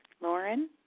Lauren